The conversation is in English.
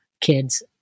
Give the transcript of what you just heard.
kids